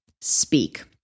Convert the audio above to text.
speak